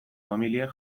familiek